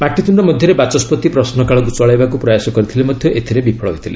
ପାଟିତୁଣ୍ଡ ମଧ୍ୟରେ ବାଚସ୍କତି ପ୍ରଶ୍ନକାଳକୁ ଚଳାଇବାକୁ ପ୍ରୟାସ କରିଥିଲେ ମଧ୍ୟ ଏଥିରେ ବିଫଳ ହୋଇଥିଲେ